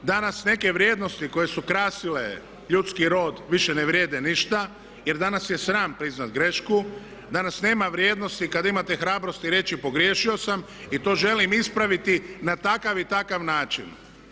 Danas neke vrijednosti koje su krasile ljudski rod više ne vrijede ništa, jer danas je sram priznat grešku, danas nema vrijednosti kad imate hrabrosti reći pogriješio sam i to želim ispraviti na takav i takav način.